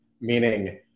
meaning